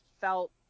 felt